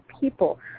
people